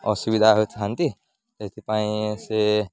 ଅସୁବିଧା ହୋଇଥାନ୍ତି ସେଥିପାଇଁ ସେ